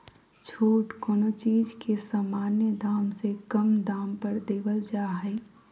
छूट कोनो चीज के सामान्य दाम से कम दाम पर देवल जा हइ